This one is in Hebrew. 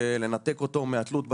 ולנתק אותו מהתלות בתחנה.